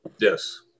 Yes